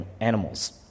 animals